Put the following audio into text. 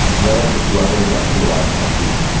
relative to other industrialised countries,